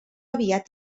aviat